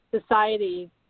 society